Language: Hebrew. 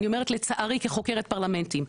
אני אומרת לצערי כחוקרת פרלמנטים,